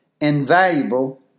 invaluable